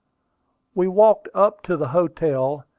we walked up to the hotel,